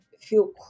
feel